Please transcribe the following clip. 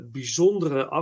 bijzondere